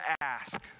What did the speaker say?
ask